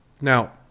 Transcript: Now